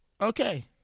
okay